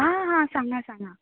आ हा सांगा सांगा